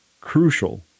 crucial